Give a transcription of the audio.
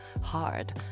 hard